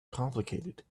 complicated